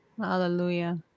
Hallelujah